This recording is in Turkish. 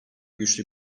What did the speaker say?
güçlü